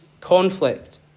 conflict